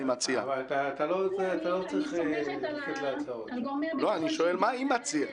אני סומכת על גורמי הביטחון שידעו --- מה היא מציעה?